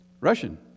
Russian